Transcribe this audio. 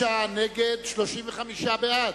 46 נגד, 35 בעד.